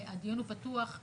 הדיון הוא פתוח.